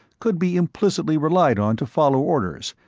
could be implicitly relied on to follow orders,